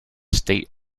state